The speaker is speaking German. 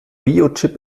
biochip